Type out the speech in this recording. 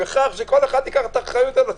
לחולי, בכך שכל אחד ייקח את האחריות על עצמו.